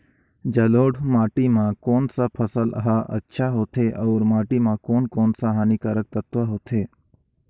जलोढ़ माटी मां कोन सा फसल ह अच्छा होथे अउर माटी म कोन कोन स हानिकारक तत्व होथे?